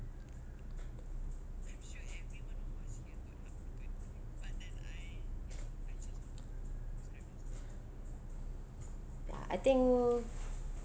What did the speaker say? ya I think